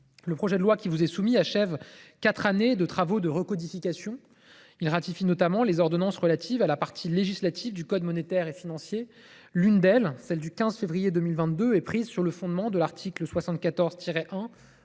le projet de loi y est donc applicable. Ce texte achève quatre années de travaux de recodification. Il vise notamment à ratifier les ordonnances relatives à la partie législative du code monétaire et financier. L’une d’elles, celle du 15 février 2022, est prise sur le fondement de l’article 74 1